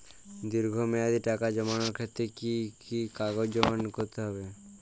দীর্ঘ মেয়াদি টাকা জমানোর ক্ষেত্রে কি কি কাগজ জমা করতে হবে?